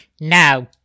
Now